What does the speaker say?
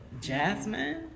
Jasmine